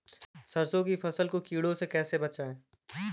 सरसों की फसल को कीड़ों से कैसे बचाएँ?